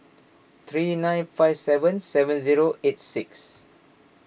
three nine five seven seven zero eight six